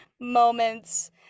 moments